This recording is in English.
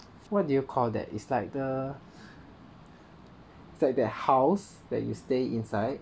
what do you call that is like the like the house that you stay inside